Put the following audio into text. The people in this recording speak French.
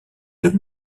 deux